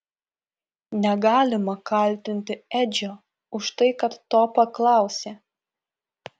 negalima kaltinti edžio už tai kad to paklausė